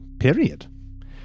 Period